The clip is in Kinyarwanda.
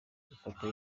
gufata